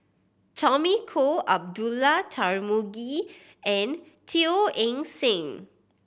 Tommy Koh Abdullah Tarmugi and Teo Eng Seng